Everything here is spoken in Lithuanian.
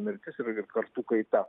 mirtis yra ir kartų kaita